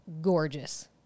gorgeous